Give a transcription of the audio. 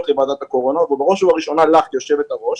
כוועדת הקורונה ובראש ובראשונה לך כיושבת הראש,